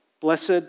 Blessed